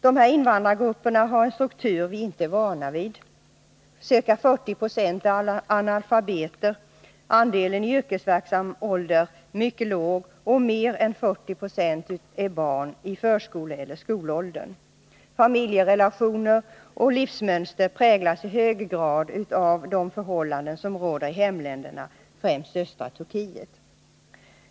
Dessa invandrargrupper har också en struktur som vi inte är vana vid. Ca 40 Jo är analfabeter. Andelen i yrkesverksam ålder är mycket låg, och mer än 40 26 är barn i förskoleeller skolåldern. Familjerelationer och livsmönster präglas i hög grad av de förhållanden som råder i hemländerna, främst östra Turkiet.